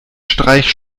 streich